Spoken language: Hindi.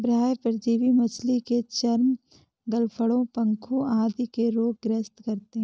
बाह्य परजीवी मछली के चर्म, गलफडों, पंखों आदि के रोग ग्रस्त करते है